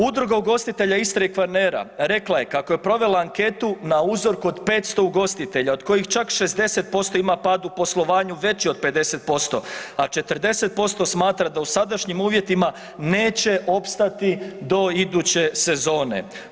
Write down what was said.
Udruga ugostitelja Istre i Kvarnera rekla je kako je provela anketu na uzorku od 500 ugostitelja od kojih čak 60% ima pad u poslovanju veći od 50%, a 40% smatra da u sadašnjim uvjetima neće opstati do iduće sezone.